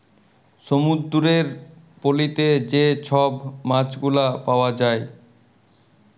সমুদ্দুরের পলিতে যে ছব মাছগুলা পাউয়া যায়